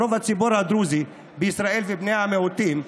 רוב הציבור הדרוזי בישראל ובני המיעוטים,